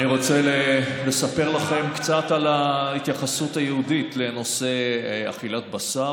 אני רוצה לספר לכם קצת על ההתייחסות היהודית לנושא אכילת בשר,